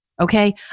okay